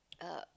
uh